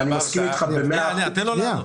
אני מסכים אתך במאה אחוזים.